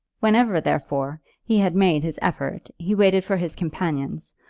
whenever therefore he had made his effort he waited for his companion's,